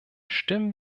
stimmen